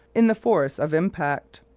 in the force of impact.